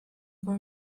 for